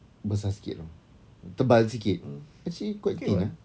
besar sikit [tau] tebal sikit actually quite thin ah